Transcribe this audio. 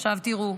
עכשיו, תראו,